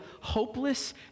hopeless